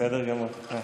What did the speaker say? בסדר גמור.